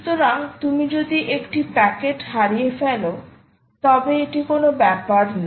সুতরাং তুমি যদি একটি প্যাকেট হারিয়ে ফেল তবে এটা কোন ব্যাপার না